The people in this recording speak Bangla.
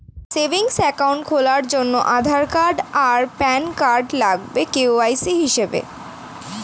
সেভিংস অ্যাকাউন্ট খোলার জন্যে আধার আর প্যান কার্ড লাগবে কে.ওয়াই.সি হিসেবে